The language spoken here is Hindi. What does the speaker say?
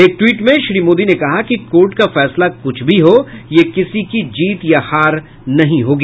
एक ट्वीट में श्री मोदी ने कहा कि कोर्ट का फैसला कुछ भी हो यह किसी की जीत या हार नहीं होगी